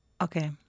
Okay